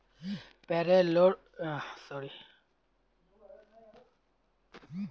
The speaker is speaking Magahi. पैरोलेर अनुसार अब तक डेढ़ सौ लोगक वेतन दियाल गेल छेक